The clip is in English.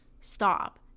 stop